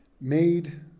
made